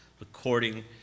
According